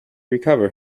recover